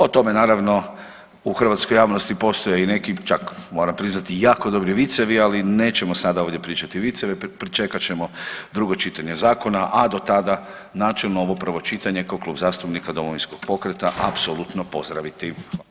O tome naravno u hrvatskoj javnosti postoje i neki čak moram priznat i jako dobri vicevi, ali nećemo sada ovdje pričati viceve, pričekat ćemo drugo čitanje zakona, a do tada načelno ovo prvo čitanje kao Klub zastupnika Domovinskog pokreta apsolutno pozdraviti.